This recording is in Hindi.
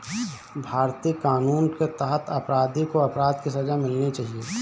भारतीय कानून के तहत अपराधी को अपराध की सजा मिलनी चाहिए